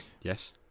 Yes